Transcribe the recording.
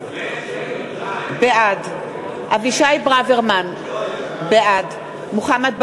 בעד אבישי ברוורמן, בעד מוחמד ברכה,